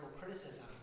criticism